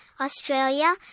Australia